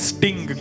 Sting